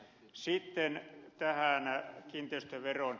sitten tähän kiinteistöveroon